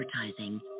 advertising